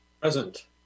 Present